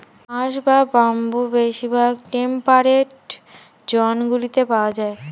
বাঁশ বা বাম্বু বেশিরভাগ টেম্পারেট জোনগুলিতে পাওয়া যায়